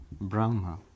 Brahma